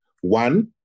One